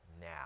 now